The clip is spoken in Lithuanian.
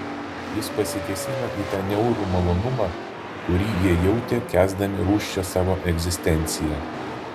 jis pasikėsino į tą niaurų malonumą kurį jie jautė kęsdami rūsčią savo egzistenciją